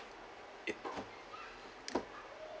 it